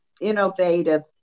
innovative